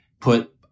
put